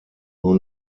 nur